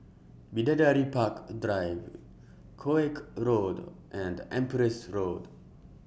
Bidadari Park Drive Koek Road and Empress Road